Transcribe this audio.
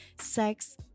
sex